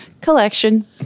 Collection